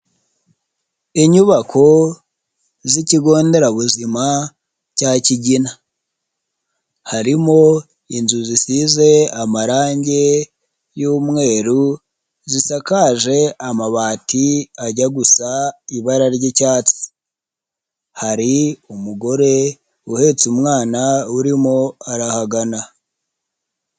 Inyubako z'ikigo nderabuzima cya kigina harimo inzu zisize amarangi y'umweru zisakaje amabati ajya gusa ibara ry'icyatsi, hari umugore uhetse umwana urimo arahagana.